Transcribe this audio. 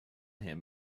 him